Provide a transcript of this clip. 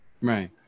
Right